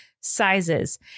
sizes